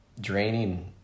draining